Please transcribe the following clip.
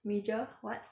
major what